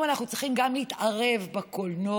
אם אנחנו צריכים גם להתערב בקולנוע,